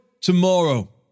tomorrow